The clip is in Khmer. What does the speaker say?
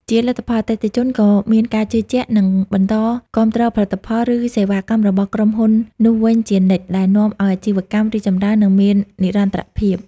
ជាលទ្ធផល អតិថិជនក៏មានការជឿជាក់ និងបន្តគាំទ្រផលិតផល ឬសេវាកម្មរបស់ក្រុមហ៊ុននោះវិញជានិច្ច ដែលនាំឲ្យអាជីវកម្មរីកចម្រើន និងមាននិរន្តរភាព។